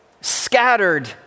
scattered